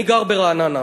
אני גר ברעננה,